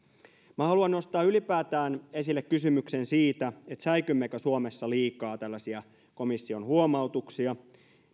minä haluan nostaa ylipäätään esille kysymyksen siitä säikymmekö suomessa liikaa tällaisia komission huomautuksia